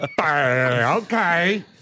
Okay